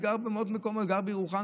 גר בירוחם,